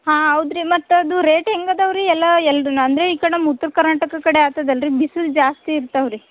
ಹಾಂ ಹೌದು ರೀ ಮತ್ತು ಅದು ರೇಟ್ ಹೇಗ್ ಅದಾವ ರೀ ಎಲ್ಲ ಎಲ್ಲರೂ ಅಂದರೆ ಈ ಕಡೆ ನಮ್ಮ ಉತ್ತರ ಕರ್ನಾಟಕ ಕಡೆ ಆಗ್ತದಲ್ ರೀ ಬಿಸಿಲ್ ಜಾಸ್ತಿ ಇರ್ತವೆ ರೀ